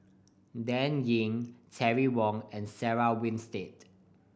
Dan Ying Terry Wong and Sarah Winstedt